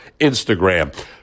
Instagram